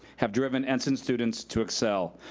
have driven ensign students to excel.